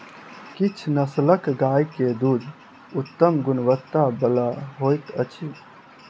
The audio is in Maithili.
किछ नस्लक गाय के दूध उत्तम गुणवत्ता बला होइत अछि